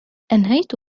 أنهيت